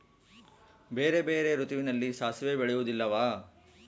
ಬೇರೆ ಬೇರೆ ಋತುವಿನಲ್ಲಿ ಸಾಸಿವೆ ಬೆಳೆಯುವುದಿಲ್ಲವಾ?